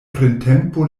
printempo